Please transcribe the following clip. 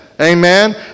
Amen